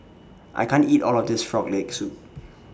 I can't eat All of This Frog Leg Soup